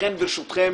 לכן זה העניין.